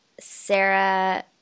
Sarah